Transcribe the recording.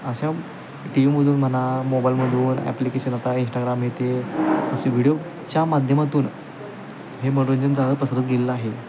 अशा टी व्हीमधून म्हणा मोबाईलमधून ॲप्लिकेशन आता इंस्टाग्राम हे ते असे व्हिडिओच्या माध्यमातून हे मनोरंजन जादा पसरत गेलेलं आहे